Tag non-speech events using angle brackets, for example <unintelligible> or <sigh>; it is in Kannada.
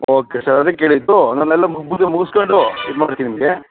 ಓಕೆ ಸರ್ ಅದೇ ಕೇಳಿದ್ದು ನನ್ನದೆಲ್ಲ <unintelligible> ಮುಗಿಸಿಕೊಂಡು ಇದು ಮಾಡ್ತೀನಿ ನಿಮಗೆ